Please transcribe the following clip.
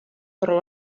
però